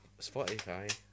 Spotify